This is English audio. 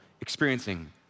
experiencing